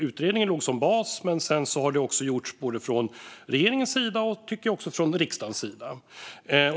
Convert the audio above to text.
Utredningen låg som bas, men arbete gjordes både från regering och riksdag.